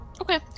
Okay